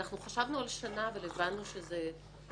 אנחנו חשבנו על שנה, אבל הבנו שזה מוגזם.